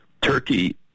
Turkey